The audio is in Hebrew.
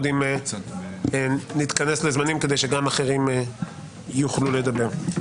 אם נתכנס לזמנים כדי שגם אחרים יוכלו לדבר.